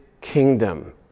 kingdom